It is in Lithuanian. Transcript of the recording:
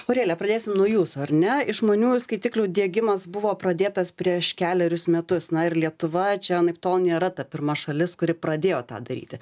aurelija pradėsim nuo jūsų ar ne išmaniųjų skaitiklių diegimas buvo pradėtas prieš kelerius metus na ir lietuva čia anaiptol nėra ta pirma šalis kuri pradėjo tą daryti